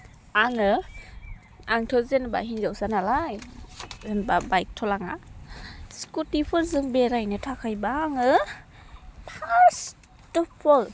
आङो आंथ' जेनेबा हिनजावसा नालाय बाइकथ' लाङा स्कुटिफोरजों बेरायनो थाखायब्ला आङो फार्स्ट अफ अल